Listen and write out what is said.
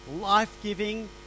life-giving